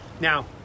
Now